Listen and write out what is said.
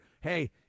hey